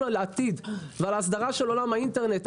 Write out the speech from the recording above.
על העתיד ועל ההסדרה של עולם האינטרנט.